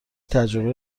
تجربه